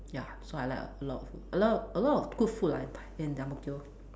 ya so I like a lot food a lot a lot of good food lah in in the ang-mo-kio